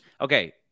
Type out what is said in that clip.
Okay